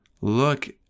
look